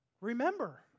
Remember